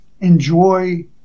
enjoy